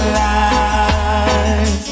life